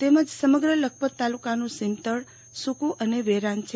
તેમજ સમગ્ર લખપત તાલુકાનું સીમતળ સુકુ અને વેરાન છે